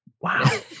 Wow